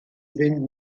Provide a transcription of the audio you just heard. fynd